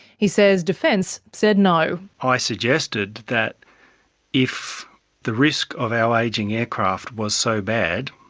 he says defence said no. i suggested that if the risk of our ageing aircraft was so bad,